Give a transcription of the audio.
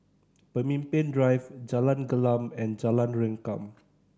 Pemimpin Drive Jalan Gelam and Jalan Rengkam